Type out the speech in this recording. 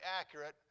accurate